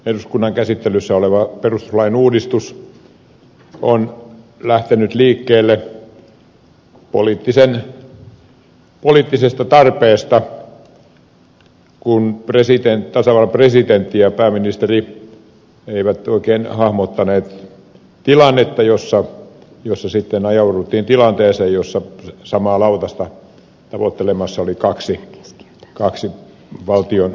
eduskunnan käsittelyssä oleva perustuslain uudistus on lähtenyt liikkeelle poliittisesta tarpeesta kun tasavallan presidentti ja pääministeri eivät oikein hahmottaneet tilannetta jossa sitten ajauduttiin tilanteeseen jossa samaa lautasta tavoittelemassa oli kaksi valtion johtohenkilöä